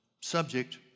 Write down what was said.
subject